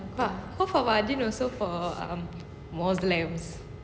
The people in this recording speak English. but half of our deen also for muslim